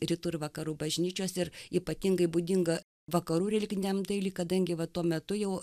rytų ir vakarų bažnyčios ir ypatingai būdinga vakarų religiniam dailei kadangi va tuo metu jau